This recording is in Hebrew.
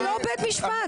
זה לא בית משפט.